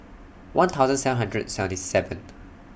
one thousand seven hundred seventy seventh